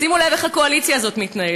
שימו לב איך הקואליציה הזאת מתנהלת.